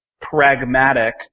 pragmatic